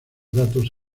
datos